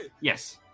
Yes